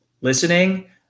listening